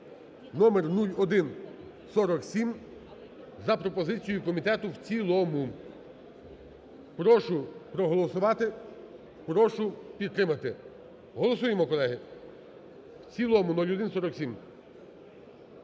номер 0147, за пропозицією комітету в цілому. Прошу проголосувати, прошу підтримати. Голосуємо, колеги, в цілому 0147.